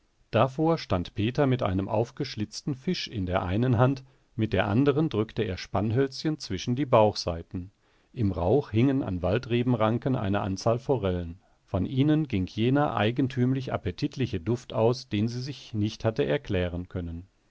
davor stand peter mit einem aufgeschlitzten fisch in der einen hand mit der anderen drückte er spannhölzchen zwischen die bauchseiten im rauch hingen an waldrebenranken eine anzahl forellen von ihnen ging jener eigentümlich appetitliche duft aus den sie sich nicht hatte erklären können